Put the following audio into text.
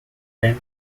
ten